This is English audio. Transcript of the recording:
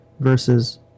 versus